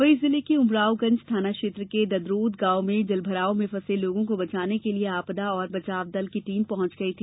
वहीं जिले के उमरावगंज थाना के ददरोद गॉव में जल भराव में फसे लोगों को बचाने के लिए आपदा और बचाव दल की टीम पहुॅच गयी है